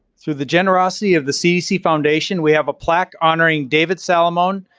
through the generosity of the cdc foundation we have a plaque honoring david salamone,